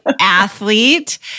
athlete